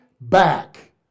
back